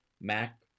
Mac